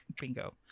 Bingo